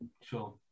sure